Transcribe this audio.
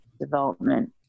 development